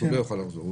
שהוא לא יכול לחזור.